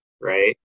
Right